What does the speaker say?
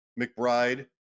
McBride